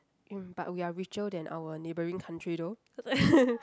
mm but we are richer than our neighbouring country though